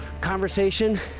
conversation